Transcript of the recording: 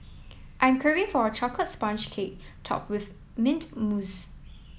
I'm craving for a chocolate sponge cake top with mint mousse